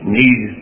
need